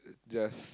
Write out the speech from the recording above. just